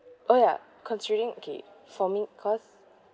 oh ya considering okay for me cause